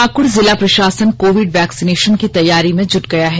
पाकुड़ जिला प्रशासन COVID vaccination की तैयारी में जुट गया है